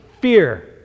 fear